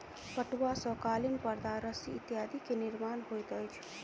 पटुआ सॅ कालीन परदा रस्सी इत्यादि के निर्माण होइत अछि